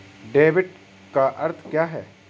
Debit का अर्थ क्या है?